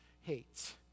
hates